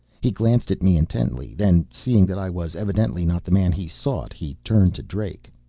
he glanced at me intently then, seeing that i was evidently not the man he sought, he turned to drake.